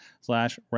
slash